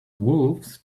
wolves